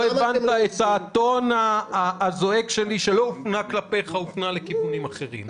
לא הבנת את הטון הזועק שלי שלא הופנה כלפיך אלא הופנה לכיוונים אחרים.